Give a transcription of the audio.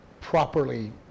properly